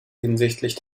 hinsichtlich